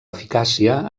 eficàcia